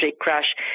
crash